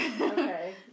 Okay